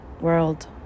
world